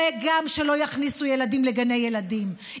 זה גם שלא יכניסו ילדים לגני ילדים,